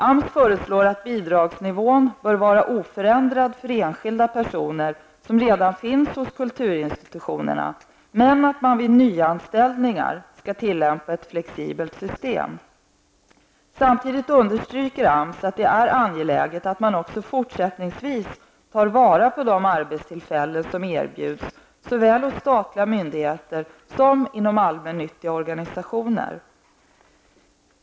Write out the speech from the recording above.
AMS föreslår att bidragsnivån bör vara oförändrad för enskilda personer som redan finns hos kulturinstitutionerna, men att man vid nyanställningar skall tillämpa ett flexibelt system. Samtidigt understryker AMS att det är angeläget att man också fortsättningsvis tar vara på de arbetstillfällen som erbjuds såväl hos statliga myndigheter som inom allmännyttiga organisationer.